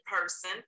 person